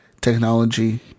technology